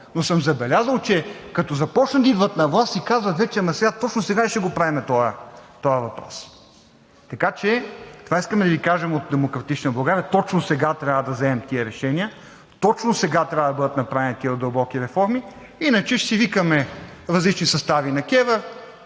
но съм забелязал, че като започнат да идват на власт, си казват: ама точно сега ли ще го правим този въпрос? Така че това искаме да Ви кажем от „Демократична България“ – точно сега трябва да вземем тези решения, точно сега трябва да бъдат направени тези дълбоки реформи. Иначе ще си викаме различни състави на КЕВР,